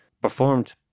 performed